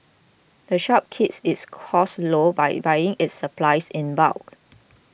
the shop keeps its costs low by buying its supplies in bulk